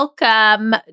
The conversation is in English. Welcome